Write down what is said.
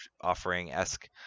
offering-esque